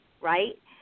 Right